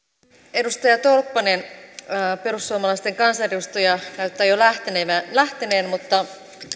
edustaja tolppanen perussuomalaisten kansanedustaja näyttää jo lähteneen mutta